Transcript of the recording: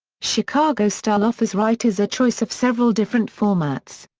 chicago style offers writers a choice of several different formats.